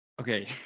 Okay